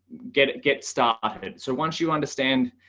get get started. so once you understand,